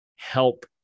help